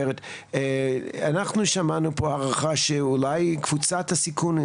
אנחנו שמענו פה הערכה שאולי קבוצת הסיכון,